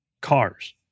Cars